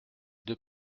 deux